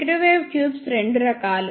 microwave tubes రెండు రకాలు